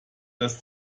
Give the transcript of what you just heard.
das